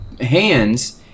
hands